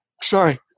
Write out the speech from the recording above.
sorry